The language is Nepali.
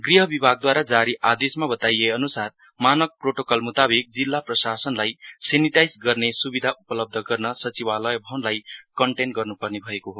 गृह विभागद्रवारा जारी आदेशमा बताएअनुसार मानव प्रोटोकल मुताबिक जिल्ला प्रशासनलाई सेनाटाइजर गर्ने सुविधा उपलब्ध गर्न सचिवलाय भवनलाई कनटेन गर्नुपर्ने भएको हो